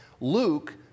Luke